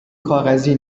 کاغذی